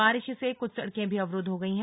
बारिश से कुछ सड़कें भी अवरुद्व हो गई हैं